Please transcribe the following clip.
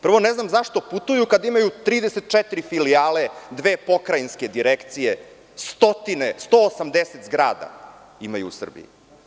Prvo, ne znam zašto putuju kada imaju 34 filijale, dve pokrajinske direkcije, 180 zgrada imaju u Srbiji.